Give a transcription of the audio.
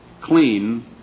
clean